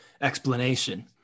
explanation